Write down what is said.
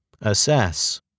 Assess